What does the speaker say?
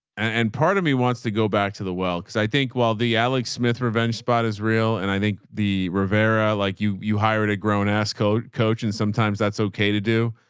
and part of me wants to go back to the well, because i think while the alex smith revenge spot is real and i think the rivera like you, you hired a grown ass coach, coach, and sometimes that's okay to do